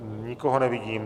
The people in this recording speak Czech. Nikoho nevidím.